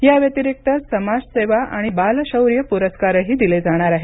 या व्यतिरिक्त समाज सेवा आणि बाल शौर्य पुरस्कारही दिले जाणार आहेत